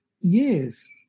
years